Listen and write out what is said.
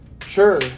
Sure